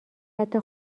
حتی